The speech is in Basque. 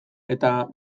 eta